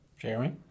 Jeremy